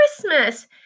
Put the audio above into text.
Christmas